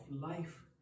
life